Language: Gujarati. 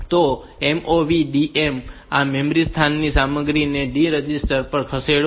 તો MOV DM આ મેમરી સ્થાનની સામગ્રીને D રજિસ્ટર પર ખસેડશે